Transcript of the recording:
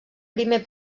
primer